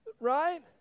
right